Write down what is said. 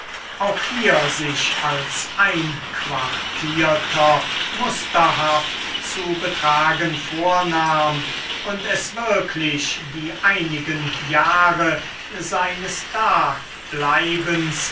auch hier sich als einquartierter musterhaft zu betragen vornahm und es wirklich die einigen jahre seines dableibens